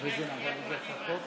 להצעת חוק